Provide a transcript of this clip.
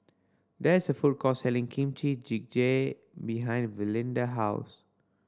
there is a food court selling Kimchi Jigae behind Valinda house